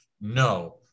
no